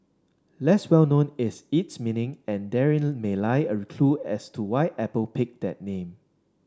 less well known is its meaning and therein may lie a clue as to why Apple picked that name